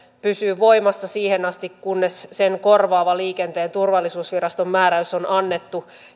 pysyy voimassa siihen asti kunnes sen korvaava liikenteen turvallisuusviraston määräys on annettu